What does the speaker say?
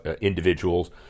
individuals